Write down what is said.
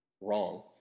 wrong